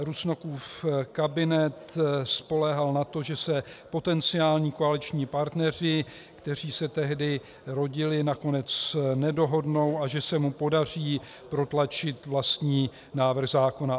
Rusnokův kabinet spoléhal na to, že se potenciální koaliční partneři, kteří se tehdy rodili, nakonec nedohodnou a že se mu podaří protlačit vlastní návrh zákona.